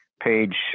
page